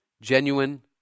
genuine